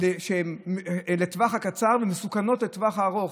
אליהן שהן לטווח הקצר ומסוכנות לטווח הארוך.